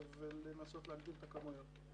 ולנסות להגדיל את הכמויות.